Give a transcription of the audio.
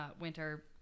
winter